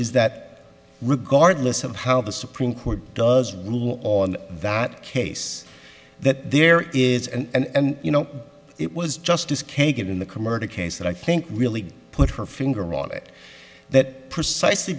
is that regardless of how the supreme court does rule on that case that there is and you know it was justice kagan in the commercial case that i think really put her finger on it that precisely